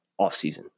offseason